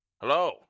Hello